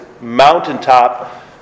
mountaintop